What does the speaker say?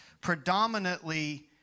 predominantly